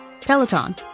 peloton